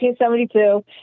1972